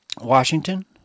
Washington